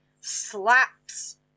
slaps